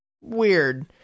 weird